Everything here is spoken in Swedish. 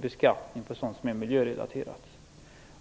beskattning på sådant som är miljörelaterat.